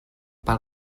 pel